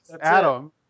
Adam